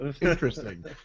interesting